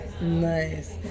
Nice